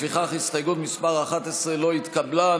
לפיכך הסתייגות מס' 11 לא התקבלה.